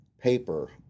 paper